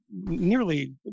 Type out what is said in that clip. nearly